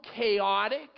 chaotic